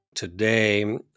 Today